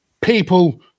people